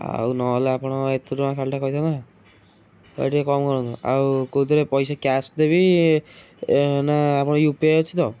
ଆଉ ନହେଲେ ଆପଣ ଏତେ ଟଙ୍କା ଖାଲିଟାରେ କହିଥାନ୍ତେ ଆଉ ଟିକେ କମ କରନ୍ତୁ ଆଉ କେଉଁଥିରେ ପଇସା କ'ଣ କ୍ୟାସ୍ ଦେବି ନା ଆପଣଙ୍କ ୟୁ ପି ଆଇ ଅଛି ତ